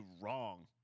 wrong